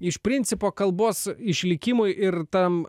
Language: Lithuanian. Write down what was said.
iš principo kalbos išlikimui ir tam